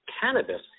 cannabis